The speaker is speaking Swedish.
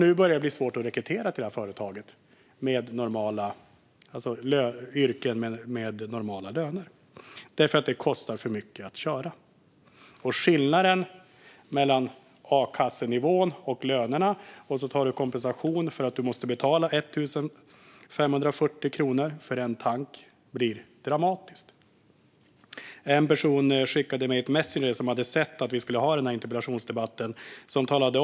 Nu börjar det bli svårt att rekrytera till detta företag i Ljusdal när det gäller yrken med normala löner därför att det kostar för mycket att köra till jobbet. När man ser på skillnaden mellan a-kassenivån och lönerna och kompensationen för att man måste betala 1 540 kronor för en tank blir det dramatiskt. En person som hade sett att vi skulle ha denna debatt skickade mig ett sms.